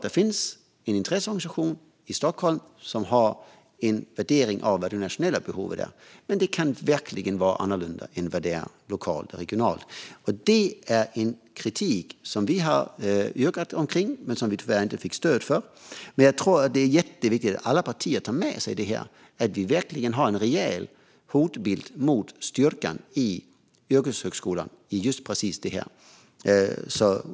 Det finns nämligen en intresseorganisation i Stockholm som gör en värdering av det nationella behovet, men det kan verkligen vara annorlunda än det lokala eller regionala. Detta är kritik som vi har gjort yrkanden kring, som vi tyvärr inte fick stöd för. Men jag tror att det är jätteviktigt att alla partier tar med sig detta - att vi verkligen har en rejäl hotbild mot styrkan i yrkeshögskolan när det gäller just detta.